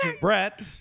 Brett